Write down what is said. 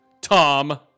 Tom